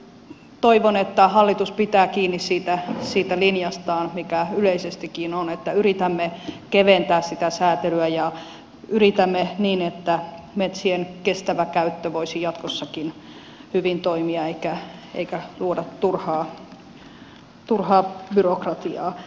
eli toivon että hallitus pitää kiinni siitä linjastaan mikä yleisestikin on että yritämme keventää sitä säätelyä niin että metsien kestävä käyttö voisi jatkossakin hyvin toimia eikä luoda turhaa byrokratiaa